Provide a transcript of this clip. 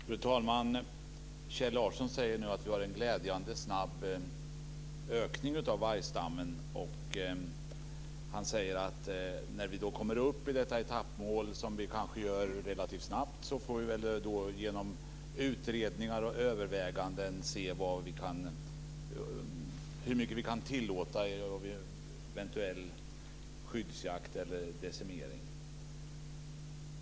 Fru talman! Kjell Larsson säger att vi har en glädjande snabb ökning av vargstammen. Han säger att när vi kommer upp i vårt etappmål, som vi kanske gör relativt snabbt, får vi genom utredningar och överväganden se hur mycket vi kan tillåta av en eventuell skyddsjakt eller en decimering.